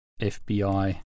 FBI